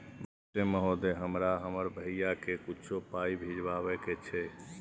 नमस्ते महोदय, हमरा हमर भैया के कुछो पाई भिजवावे के छै?